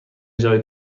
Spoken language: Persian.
جای